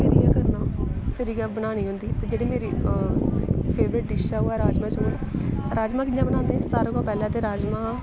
फिर इयै करना फिर इयै बनानी होंदी ते जेह्ड़ी मेरी फेवरेट डिश ऐ ओह् ऐ राजमांह् चौल राजमांह् कियां बनांदे सारें कोला पैह्लें ते राजमांह्